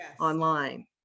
online